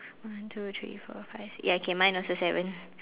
one two three four five six ya okay mine also seven